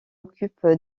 occupe